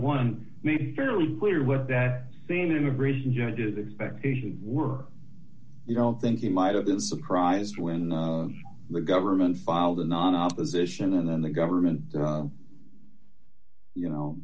one may be fairly clear what that same immigration judges expectations were you don't think you might have been surprised when the government filed in opposition and then the government you know